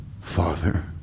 father